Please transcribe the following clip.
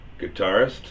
guitarist